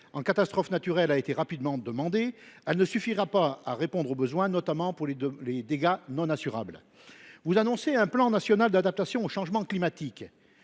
de catastrophe naturelle a été rapidement engagée, elle ne suffira pas à répondre aux besoins, notamment pour ce qui est des dégâts non assurables. Vous annoncez un plan national d’adaptation au changement climatique.